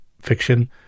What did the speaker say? fiction